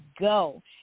go